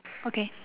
okay